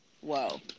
whoa